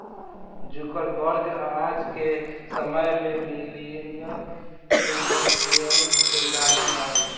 Zuckerberg आज के समय में मिलेनियर एंटरप्रेन्योर के उदाहरण बाड़े